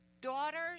daughters